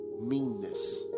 meanness